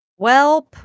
Welp